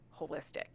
holistic